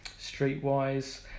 streetwise